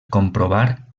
comprovar